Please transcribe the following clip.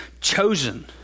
chosen